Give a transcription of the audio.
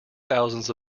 thousands